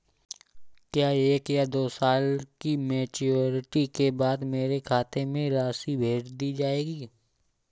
क्या एक या दो साल की मैच्योरिटी के बाद मेरे खाते में राशि भेज दी जाएगी?